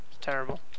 terrible